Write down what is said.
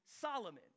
Solomon